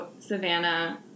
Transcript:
Savannah